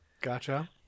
Gotcha